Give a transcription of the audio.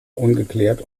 ungeklärt